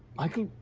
i call.